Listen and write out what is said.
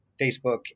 Facebook